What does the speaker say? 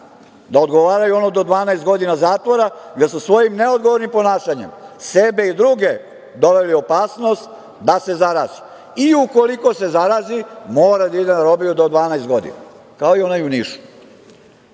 da odgovaraju ono do 12 godina zatvora gde su svojim neodgovornim ponašanjem sebe i druge doveli u opasnost da se zaraze i ukoliko se zaraze mora da idu na robiju do 12 godina, kao i onaj u